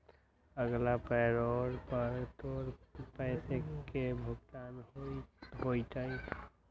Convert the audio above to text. अगला पैरोल पर तोर पैसे के भुगतान होतय